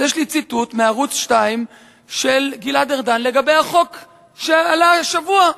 אז יש לי ציטוט מערוץ-2 של גלעד ארדן לגבי החוק שעלה השבוע,